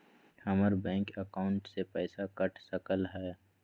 हमर bank account से पैसा कट सकलइ ह?